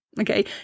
Okay